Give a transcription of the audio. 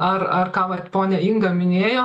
ar ar ką vat ponia inga minėjo